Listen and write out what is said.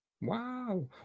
Wow